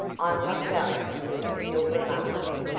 i am not going to think of your remarks.